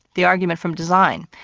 the argument from design,